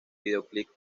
videoclip